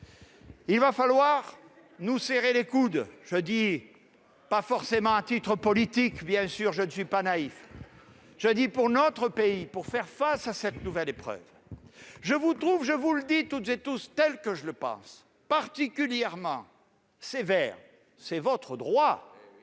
Il va falloir nous serrer les coudes. Je ne le dis pas forcément à titre politique, car je ne suis pas naïf. Je le dis pour notre pays, pour faire face à cette nouvelle épreuve. Je vous trouve toutes et tous, et je vous le dis tel que je le pense, particulièrement sévères. C'est votre droit.